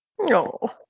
No